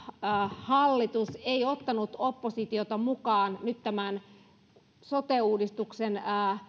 hallitus ei ottanut oppositiota mukaan nyt tämän sote uudistuksen